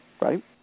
right